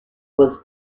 was